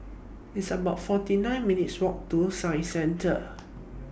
It's about forty nine minutes' Walk to Science Centre